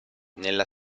nella